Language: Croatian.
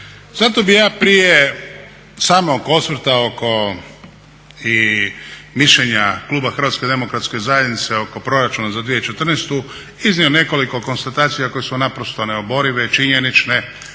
Zato bih ja prije samog osvrta oko i mišljenja kluba Hrvatske demokratske zajednice oko proračuna za 2014., iznio nekoliko konstatacija koje su naprosto neoborive i činjenične